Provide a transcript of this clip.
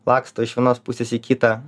laksto iš vienos pusės į kitą